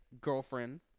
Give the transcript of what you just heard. girlfriend